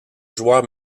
joueur